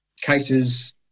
cases